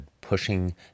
pushing